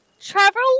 travel